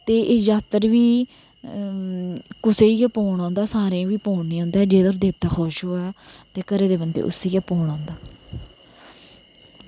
ते एह् जात्तर बी कुसेई गै पौन औंदा सारेंई बी पौंन नी औंदा ऐ जेह्दे पर देवता खुश होऐ ते घरे दे बंदे उसी गै पौन औंदा